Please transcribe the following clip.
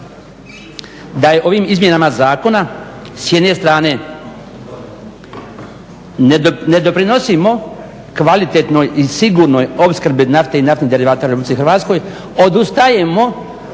da je ovim izmjenama zakona s jedne strane ne doprinosimo kvalitetnoj i sigurnoj opskrbi nafte i naftnih derivata u Republici Hrvatskoj, odustajemo